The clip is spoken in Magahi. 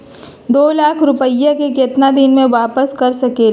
दो लाख रुपया के केतना दिन में वापस कर सकेली?